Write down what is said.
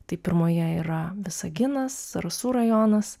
tai pirmoje yra visaginas zarasų rajonas